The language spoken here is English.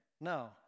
No